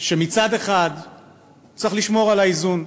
שמצד אחד צריך לשמור על האיזון.